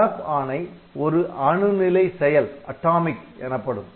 swap ஆணை ஒரு அணு நிலை செயல் எனப்படும்